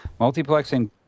multiplexing